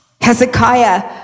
Hezekiah